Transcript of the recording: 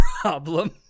problem